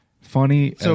Funny